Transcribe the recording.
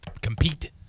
compete